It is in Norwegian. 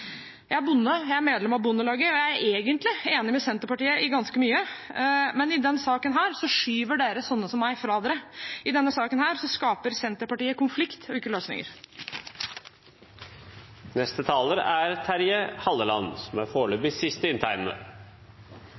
Jeg er bonde, jeg er medlem av Bondelaget, og jeg er egentlig enig med Senterpartiet i ganske mye. Men i denne saken skyver de sånne som meg fra seg. I denne saken skaper Senterpartiet konflikt og ikke løsninger.